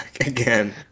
again